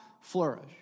flourish